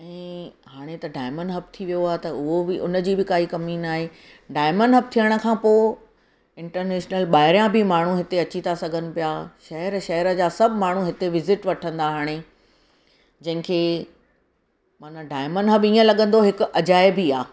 ऐं हाणे त डायमंड हब थी वियो आहे त उहो बि उनजी बि काई कमी नाहे डायमंड हब थियणु खां पोइ इंटरनेशनल ॿाहिरियां बि माण्हू हिते अची था सघनि पिया शहर शहर जा सभु माण्हू हिते विज़िट वठंदा हाणे जिन खे माना डायमंड हब ईअं लॻंदो हिकु अजाइबु ई आहे